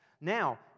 Now